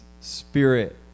spirit